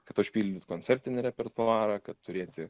kad užpildyt koncertinį repertuarą kad turėti